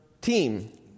team